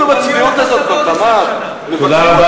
תפסיקו עם הצביעות הזאת, כבר, תמר.